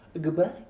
Goodbye